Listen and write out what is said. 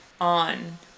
on